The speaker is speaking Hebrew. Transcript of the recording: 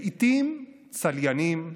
לעיתים צליינים,